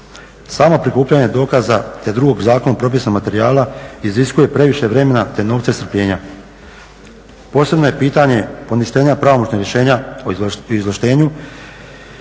Samo prikupljanje dokaza te drugog zakonom propisanog materijala iziskuje previše vremena, te novca i strpljenja. Posebno je pitanje poništenja pravomoćnog rješenja o izvlaštenju